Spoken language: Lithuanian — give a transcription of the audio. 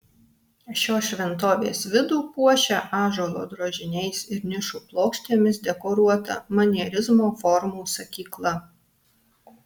šios šventovės vidų puošia ąžuolo drožiniais ir nišų plokštėmis dekoruota manierizmo formų sakykla